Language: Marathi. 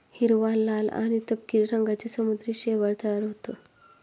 हिरवा, लाल आणि तपकिरी रंगांचे समुद्री शैवाल तयार होतं